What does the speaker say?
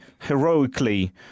heroically